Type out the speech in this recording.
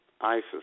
ISIS